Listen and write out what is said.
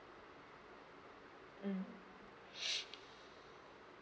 mm